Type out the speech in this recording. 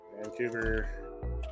Vancouver